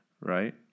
Right